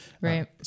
Right